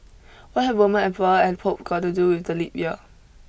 what have a Roman emperor and Pope got to do with the leap year